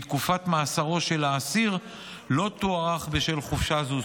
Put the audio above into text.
כי תקופת מאסרו של האסיר לא תוארך בשל חופשה זו.